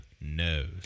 knows